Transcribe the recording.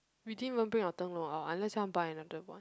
you didn't even bring your 灯笼 or unless you want buy another one